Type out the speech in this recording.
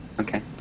Okay